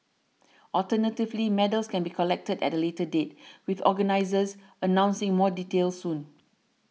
alternatively medals can be collected at a later date with organisers announcing more details soon